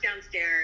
downstairs